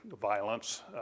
violence